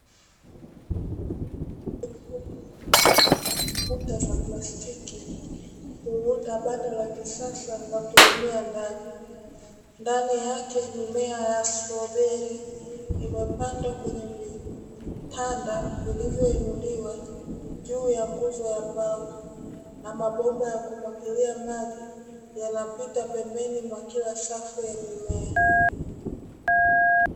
Kuta za plastiki huunda banda la kisasa la kulimia ndani, ndani yake mimea ya strobeli imepandwa kwenye vitanda vilvyoinuliwa juu ya nguzo ya mbao na mabomba ya kumwagilia maji yanapita pembeni mwa kila safu ya mimea.